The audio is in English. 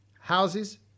Houses